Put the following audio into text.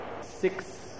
six